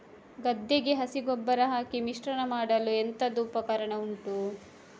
ಗದ್ದೆಗೆ ಹಸಿ ಗೊಬ್ಬರ ಹಾಕಿ ಮಿಶ್ರಣ ಮಾಡಲು ಎಂತದು ಉಪಕರಣ ಉಂಟು?